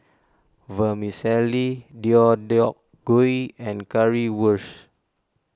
Vermicelli Deodeok Gui and Currywurst